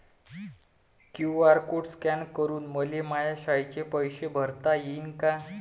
QR code scan करून मले माया शाळेचे पैसे भरता येईन का?